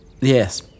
Yes